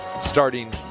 starting